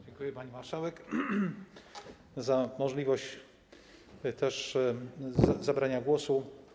Dziękuję, pani marszałek, za możliwość zabrania głosu.